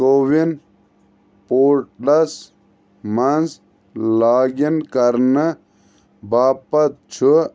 CoWIN portals مَنٛز log in کَرنہٕ باپتھ چھُ